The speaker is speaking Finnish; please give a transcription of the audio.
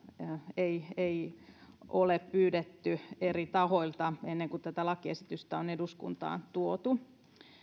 ei ei ole pyydetty eri tahoilta ennen kuin tämä lakiesitys on eduskuntaan tuotu